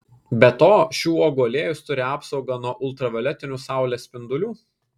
be to šių uogų aliejus turi apsaugą nuo ultravioletinių saulės spindulių